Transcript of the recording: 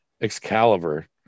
Excalibur